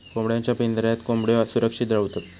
कोंबड्यांच्या पिंजऱ्यात कोंबड्यो सुरक्षित रव्हतत